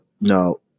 no